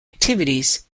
activities